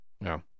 No